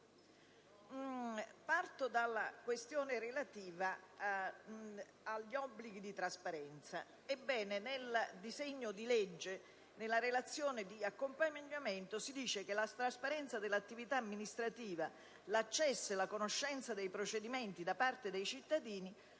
Parto dalla questione relativa agli obblighi di trasparenza. Ebbene, nella relazione di accompagnamento del disegno di legge si afferma che «la trasparenza dell'attività amministrativa, l'accesso e la conoscenza dei procedimenti da parte dei cittadini